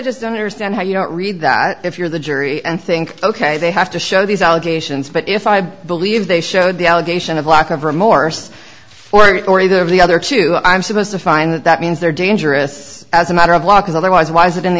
just don't understand how you read that if you're the jury and think ok they have to show these allegations but if i believe they showed the allegation of lack of remorse for it or either of the other two i'm supposed to find that that means they're dangerous as a matter of law because otherwise why is it in the